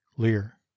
Lear